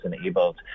enabled